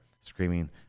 screaming